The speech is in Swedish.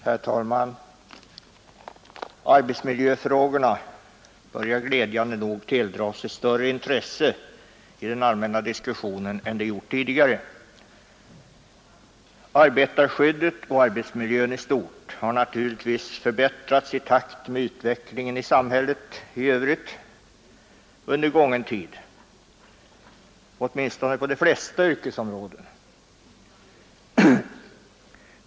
Herr talman! Arbetsmiljöfrågorna börjar glädjande nog tilldra sig större intresse i den allmänna diskussionen än de gjort tidigare. Arbetarskyddet och arbetsmiljön i stort har naturligtvis förbättrats i takt med utvecklingen i samhället i övrigt under gången tid, åtminstone på de flesta yrkesområden.